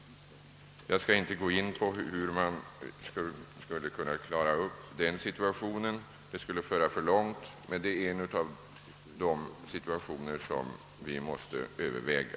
Jag skall inte gå in på hur en sådan situation skulle kunna klaras upp — det skulle föra för långt. Men det är en av de situationer vi måste överväga.